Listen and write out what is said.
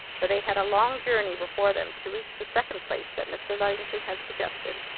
for they had a long journey before them to reach the second place that mr. luddington had suggested.